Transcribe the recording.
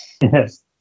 Yes